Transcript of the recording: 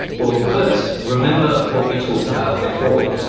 well first, remember what we talked about before.